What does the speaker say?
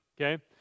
Okay